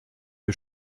wir